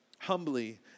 humbly